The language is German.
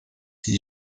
die